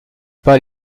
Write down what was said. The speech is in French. pas